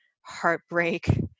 heartbreak